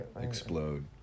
explode